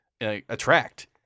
attract